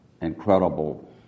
incredible